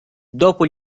dopo